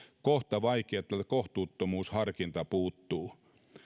kohta vaikea että kohtuuttomuusharkinta puuttuu